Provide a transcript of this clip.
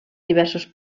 diversos